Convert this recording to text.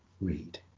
read